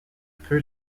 peu